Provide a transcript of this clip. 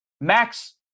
Max